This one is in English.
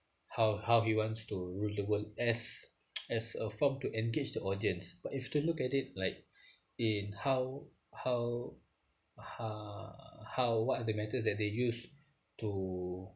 how how he wants to rule the world as as a form to engage the audience but if you were to look at it like in how how uh how what are the methods that they used to